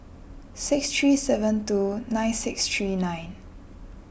six three seven two nine six three nine